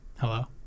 hello